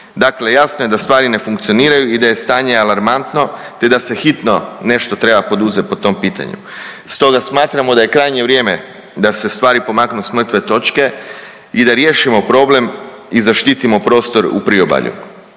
Dakle, jasno je da stvari ne funkcioniraju i da je stanje alarmantno te da se hitno nešto treba poduzeti po tom pitanju. Stoga smatramo da je krajnje vrijeme da se stvari pomaknu s mrtve točke i da riješimo problem i zaštitimo prostor u priobalju